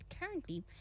Currently